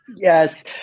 Yes